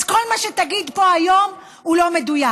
אז כל מה שתגיד פה היום הוא לא מדויק.